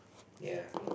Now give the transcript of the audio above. ya